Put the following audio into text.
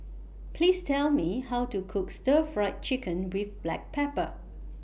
Please Tell Me How to Cook Stir Fried Chicken with Black Pepper